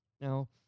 Now